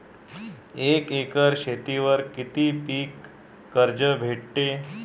एक एकर शेतीवर किती पीक कर्ज भेटते?